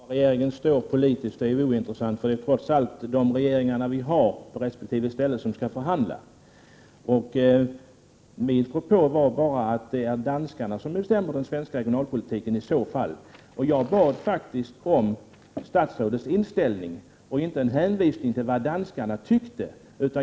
Herr talman! Var regeringen står politiskt är ointressant, eftersom det trots allt är den regering man har på resp. ställe som skall förhandla. Min propå var bara att det i så fall är danskarna som bestämmer den svenska regionalpolitiken. Jag bad faktiskt om statsrådets inställning och inte om en hänvisning till vad danskarna tyckte.